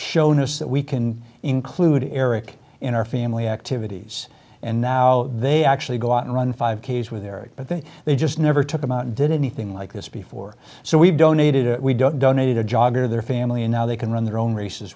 shown us that we can include eric in our family activities and now they actually go out and run five k s with eric but they they just never took him out and did anything like this before so we donated we don't donate a jogger their family and now they can run their own races